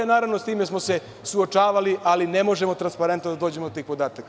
Naravno s time smo se suočavali, ali ne možemo transparentno da dođemo do tih podataka.